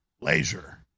laser